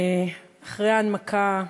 אחרי ההנמקה,